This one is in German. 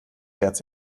herz